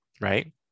Right